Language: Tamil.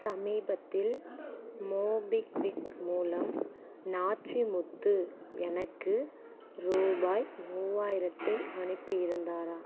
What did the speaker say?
சமீபத்தில் மோபிக்விக் மூலம் நாச்சிமுத்து எனக்கு ரூபாய் மூவாயிரத்தை அனுப்பியிருந்தாரா